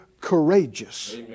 courageous